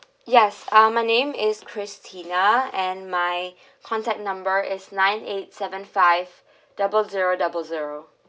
yes uh my name is christina and my contact number is nine eight seven five double zero double zero